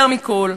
יותר מכול,